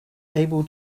able